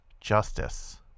justice